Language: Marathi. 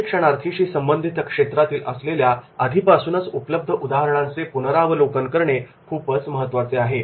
प्रशिक्षणार्थीशी संबंधित क्षेत्रातील असलेल्या आधीपासूनच उपलब्ध उदाहरणांचे पुनरावलोकन करणे खूपच महत्त्वाचे आहे